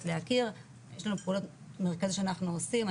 להכיר יש לנו פעולות במרכז שאנחנו עושים.